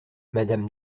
madame